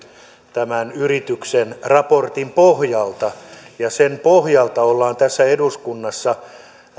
tämän yrityksen raportin pohjalta ja sen pohjalta ollaan tässä eduskunnassa